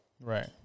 Right